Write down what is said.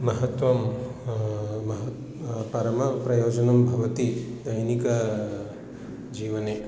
महत्वं मह परमप्रयोजनं भवति दैनिकजीवने